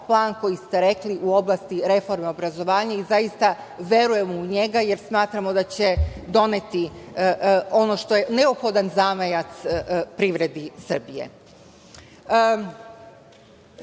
plan koji ste izneli u oblasti reforme obrazovanja i zaista verujemo u njega, jer smatramo da će doneti ono što je neophodan zamajac privredi Srbije. Ono